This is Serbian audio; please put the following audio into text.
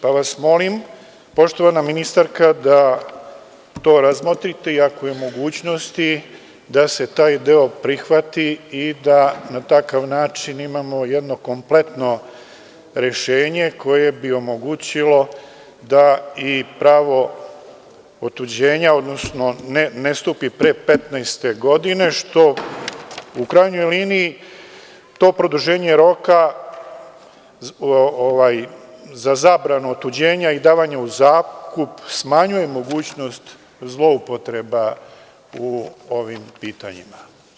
Pa vas molim, poštovana ministarka, da to razmotrite i ako je mogućnosti da se taj deo prihvati i da na takav način imamo jedno kompletno rešenje koje bi omogućilo da i pravo otuđenja, odnosno ne stupi pre petnaeste godine, što u krajnjoj liniji to produženje roka za zabranu otuđenja i davanju u zakup smanjuje mogućnost zloupotreba u ovim pitanjima.